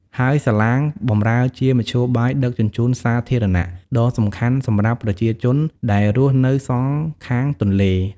ហើយសាឡាងបម្រើជាមធ្យោបាយដឹកជញ្ជូនសាធារណៈ ដ៏សំខាន់សម្រាប់ប្រជាជនដែលរស់នៅសងខាងទន្លេ។